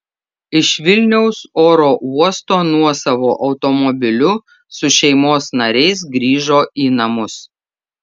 iš vilniaus oro uosto nuosavu automobiliu su šeimos nariais grįžo į namus